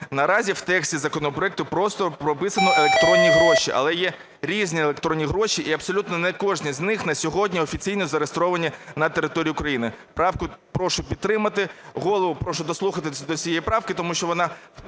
Наразі в тексті законопроекту просто прописано "електронні гроші", але є різні електронні гроші, і абсолютно не кожні з них на сьогодні офіційно зареєстровані на території України. Правку прошу підтримати, голову прошу дослухатися до цієї правки, тому що вона